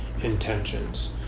intentions